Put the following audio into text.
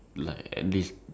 like it lah